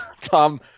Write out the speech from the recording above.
Tom